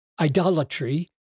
idolatry